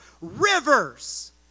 rivers